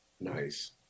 Nice